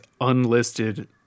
unlisted